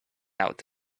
out